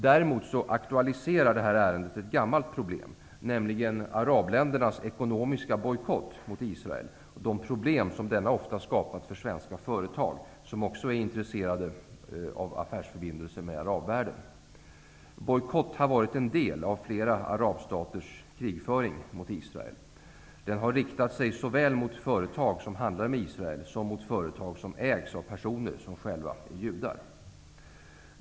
Däremot aktualiserar ärendet ett gammalt problem, nämligen arabländernas ekonomiska bojkott mot Israel och de problem som den ofta skapat för de svenska företag som också är intresserade av affärsförbindelser med arabvärlden. Bojkott har varit en del av flera arabstaters krigföring mot Israel. Den har riktat sig mot såväl företag som handlar med Israel som mot företag som ägs av judar.